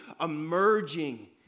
emerging